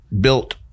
built